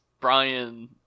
Brian